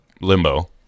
limbo